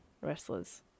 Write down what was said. wrestlers